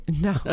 No